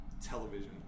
television